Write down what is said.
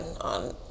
on